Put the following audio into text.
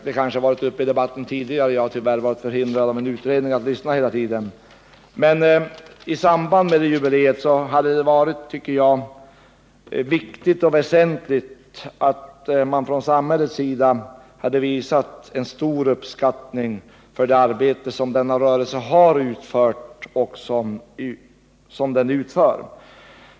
Det har kanske nämnts tidigare i debatten; då jag på grund av utredningsarbete inte hade tillfälle att närvara. Det skulle i samband med detta jubileum ha varit bra om man från samhällets sida hade kunnat visa sin stora uppskattning för det arbete som denna rörelse har utfört och som den utför.